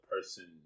Person